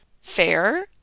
Fair